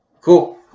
Cool